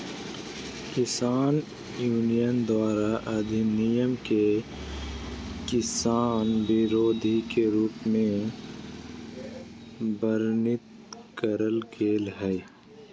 किसान यूनियन द्वारा अधिनियम के किसान विरोधी के रूप में वर्णित करल गेल हई